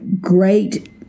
great